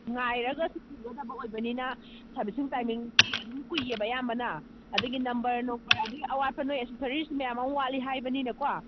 ꯉꯥꯏꯔꯒ ꯁꯤꯟꯒꯗꯕ ꯑꯣꯏꯕꯅꯤꯅ ꯁꯥꯔꯚꯤꯁꯁꯤꯡ ꯇꯥꯏꯃꯤꯡꯗꯤ ꯑꯗꯨꯝ ꯀꯨꯏꯌꯦꯕ ꯑꯌꯥꯝꯕꯅ ꯑꯗꯒꯤ ꯅꯝꯕꯔ ꯅꯨꯡꯕꯔ ꯑꯗꯩ ꯑꯋꯥꯠꯄ ꯅꯣꯏ ꯑꯦꯛꯁꯦꯁꯔꯤꯁ ꯃꯌꯥꯝ ꯑꯃ ꯋꯥꯠꯂꯤ ꯍꯥꯏꯕꯅꯤꯅꯀꯣ